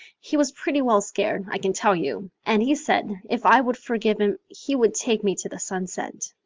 he was pretty well scared, i can tell you, and he said if i would forgive him he would take me to the sunset.